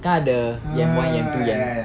kan ada E_M one E_M